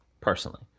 personally